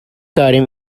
داریم